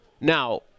Now